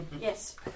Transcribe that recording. Yes